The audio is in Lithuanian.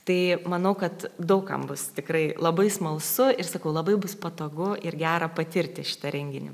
tai manau kad daug kam bus tikrai labai smalsu ir sakau labai bus patogu ir gera patirti šitą renginį